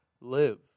live